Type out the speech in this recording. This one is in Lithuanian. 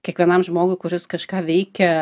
kiekvienam žmogui kuris kažką veikia